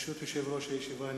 ברשות יושב-ראש הישיבה,